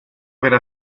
avere